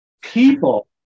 People